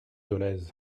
dolez